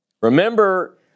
Remember